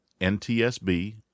ntsb